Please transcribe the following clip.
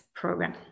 program